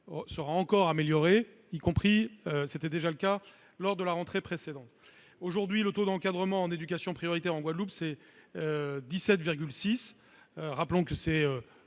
sera amélioré, comme c'était déjà le cas lors de la rentrée précédente. Aujourd'hui, le taux d'encadrement en éducation prioritaire en Guadeloupe est de 17,6, pour plus